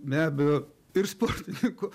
be abejo ir sportininkų